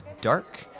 dark